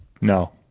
No